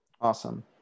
awesome